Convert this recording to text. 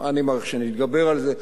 ואני מעריך שנתגבר על זה.